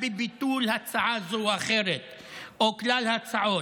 בביטול הצעה זו או אחרת או כלל ההצעות,